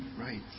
right